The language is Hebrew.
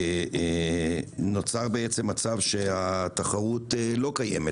נוצר מצב בעצם שהתחרות לא קיימת.